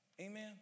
Amen